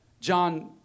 John